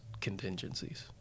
contingencies